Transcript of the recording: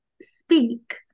speak